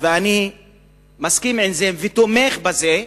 ואני מסכים עם זה ותומך בזה,